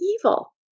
evil